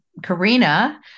Karina